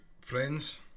friends